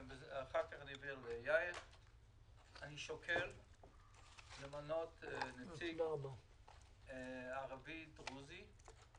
אני שוקל למנות נציג ערבי או דרוזי,